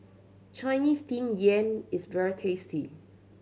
Chinese Steamed Yam is very tasty